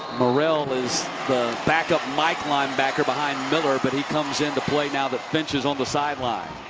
morrell is the backup mike linebacker behind miller but he comes in to play now that finch is on the sideline.